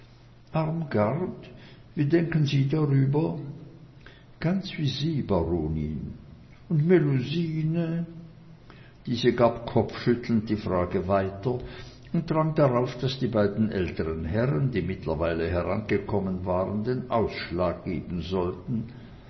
wie denken sie darüber ganz wie sie baronin und melusine diese gab kopfschüttelnd die frage weiter und drang darauf daß die beiden älteren herren die mittlerweile herangekommen waren den ausschlag geben sollten